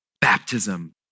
baptism